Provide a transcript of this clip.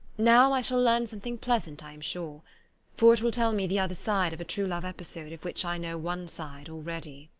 now i shall learn something pleasant, i am sure for it will tell me the other side of a true love episode of which i know one side already.